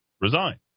resign